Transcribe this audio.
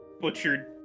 butchered